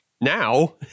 Now